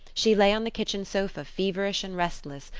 she lay on the kitchen sofa feverish and restless,